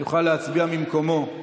יוכל להצביע ממקומו.